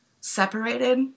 separated